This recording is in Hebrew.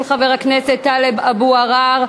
של חבר הכנסת טלב אבו עראר.